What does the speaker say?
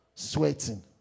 sweating